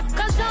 Cause